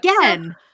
again